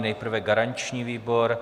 Nejprve garanční výbor.